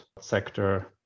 sector